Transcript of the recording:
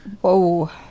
Whoa